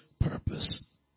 purpose